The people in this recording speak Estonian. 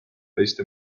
teiste